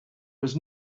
was